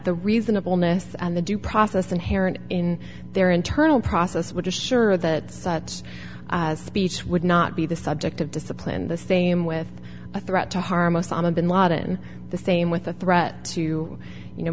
the reasonableness and the due process inherent in their internal process would assure that that speech would not be the subject of discipline the same with a threat to harm osama bin laden the same with a threat to you know